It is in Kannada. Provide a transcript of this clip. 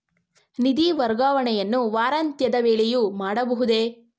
ನಿಧಿ ವರ್ಗಾವಣೆಯನ್ನು ವಾರಾಂತ್ಯದ ವೇಳೆಯೂ ಮಾಡಬಹುದೇ?